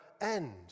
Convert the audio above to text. end